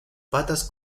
patas